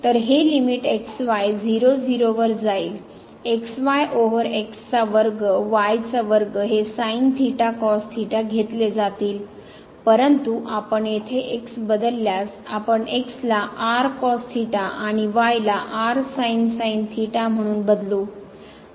तर हे limit x y वर जाईल xy ओवर x चा वर्ग y चा वर्ग हे sin theta cos theta घेतले जातील परंतु आपण येथे x बदलल्यास आपण x ला rcos theta आणि y ला म्हणून बदलू